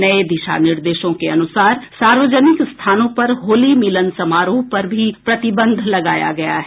नये दिशा निर्देशों के अनुसार सार्वजनिक स्थानों पर होली मिलन समारोह पर भी प्रतिबंध लगाया गया है